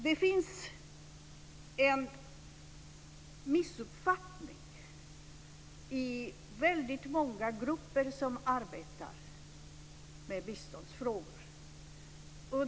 Det finns en missuppfattning i väldigt många grupper som arbetar med biståndsfrågor.